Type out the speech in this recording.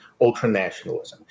ultranationalism